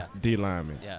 D-lineman